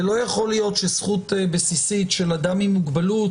ולא יכול להיות שזכות בסיסית של אדם עם מוגבלות